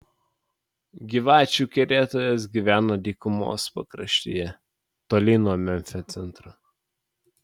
gyvačių kerėtojas gyveno dykumos pakraštyje toli nuo memfio centro